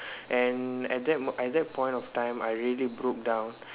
and at that mo~ at that point of time I really broke down